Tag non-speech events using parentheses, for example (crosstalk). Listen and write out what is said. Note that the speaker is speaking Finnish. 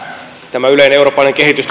tämä yleinen eurooppalainen kehitys (unintelligible)